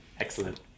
Excellent